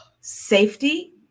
safety